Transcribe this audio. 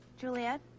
Juliet